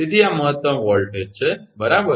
તેથી આ મહત્તમ વોલ્ટેજ છે બરાબર